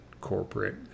corporate